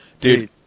Dude